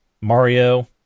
Mario